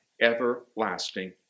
everlasting